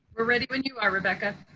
we're ready when you are rebecca.